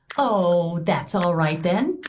oh, that's all right then,